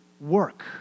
work